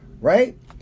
right